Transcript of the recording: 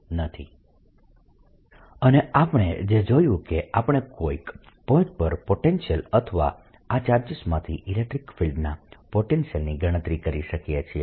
P અને આપણે જે જોયું કે આપણે કોઈક પોઇન્ટ પર પોટેન્શિયલ અથવા આ ચાર્જીસ માંથી ઇલેક્ટ્રીક ફિલ્ડના પોટેન્શિયલની ગણતરી કરી શકીએ છીએ